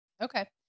Okay